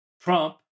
Trump